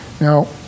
Now